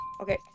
Okay